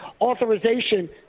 authorization